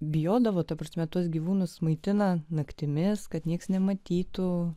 bijodavo ta prasme tuos gyvūnus maitina naktimis kad niekas nematytų